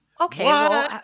Okay